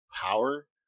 power